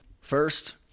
First